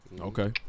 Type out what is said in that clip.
Okay